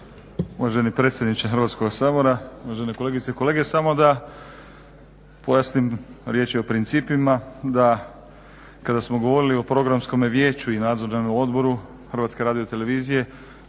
Uvaženi predsjedniče Hrvatskoga sabora, uvažene kolegice i kolege. Samo da pojasnim, riječ je o principima, da kada smo govorili o Programskom vijeću i Nadzornom odboru HRT-a postignut je